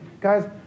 guys